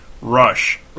Rush